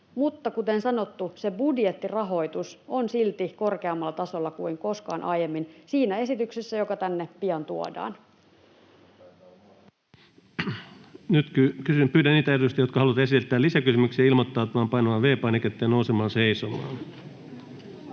Mutta kuten sanottu, se budjettirahoitus on silti korkeammalla tasolla kuin koskaan aiemmin siinä esityksessä, joka tänne pian tuodaan. Nyt pyydän niitä edustajia, jotka haluavat esittää lisäkysymyksiä, ilmoittautumaan painamalla V-painiketta ja nousemalla seisomaan.